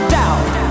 doubt